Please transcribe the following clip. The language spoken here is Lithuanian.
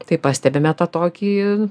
tai pastebime tą tokį